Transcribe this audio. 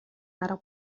арга